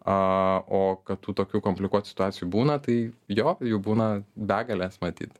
kad tokių komplikuotų situacijų būna tai jo jų būna begalės matyt